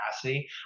capacity